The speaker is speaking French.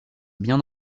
bien